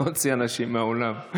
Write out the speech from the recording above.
להוציא אנשים מהאולם.